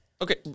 Okay